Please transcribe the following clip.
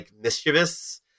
mischievous